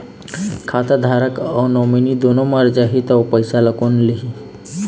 खाता धारक अऊ नोमिनि दुनों मर जाही ता ओ पैसा ला कोन लिही?